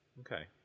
Okay